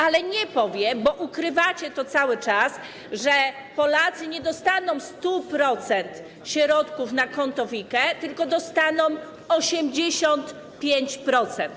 Ale nie powie, bo ukrywacie to cały czas, że Polacy nie dostaną 100% środków na konto w IKE, tylko dostaną 85%.